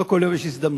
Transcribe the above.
לא כל יום יש הזדמנות,